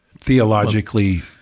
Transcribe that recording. Theologically